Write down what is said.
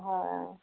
হয় অঁ